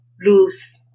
lose